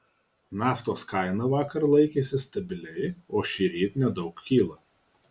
naftos kaina vakar laikėsi stabiliai o šįryt nedaug kyla